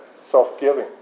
self-giving